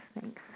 Thanks